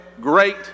great